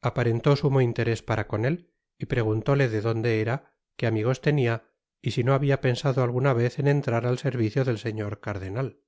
aparentó sumo interés para con él y preguntóle de donde era qué amigos tenia y si no habia pensado alguna vez en entrar al servicio del señor cardenal